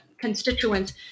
constituents